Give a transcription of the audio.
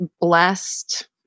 blessed